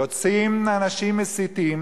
יוצאים אנשים מסיתים